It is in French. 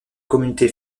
communauté